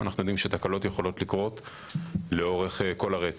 ואנחנו יודעים שתקלות יכולות לקרות לאורך כל הרצף,